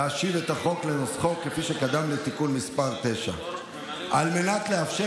להשאיר את החוק כנוסחו כפי שקדם לתיקון מס' 9. על מנת לאפשר